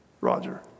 Roger